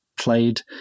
played